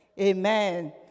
Amen